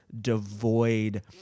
devoid